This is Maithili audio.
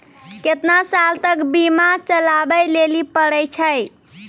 केतना साल तक बीमा चलाबै लेली पड़ै छै?